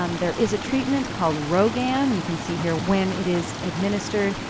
um there is a treatment called rhogam you can see here, when it is administered.